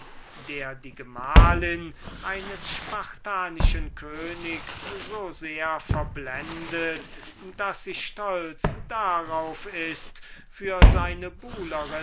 der die gemahlin eines spartanischen königs so sehr verblendet daß sie stolz darauf ist für seine